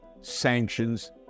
sanctions